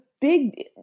big